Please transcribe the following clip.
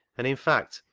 and, in fact,